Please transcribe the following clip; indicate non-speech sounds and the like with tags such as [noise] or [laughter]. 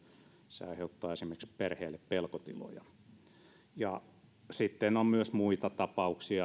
se aiheuttaa esimerkiksi perheelle pelkotiloja sitten on myös muita tapauksia [unintelligible]